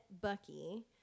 Bucky